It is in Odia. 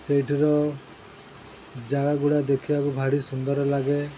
ସେଇଠାର ଜାଗାଗୁଡ଼ା ଦେଖିବାକୁ ଭାରି ସୁନ୍ଦର ଲାଗେ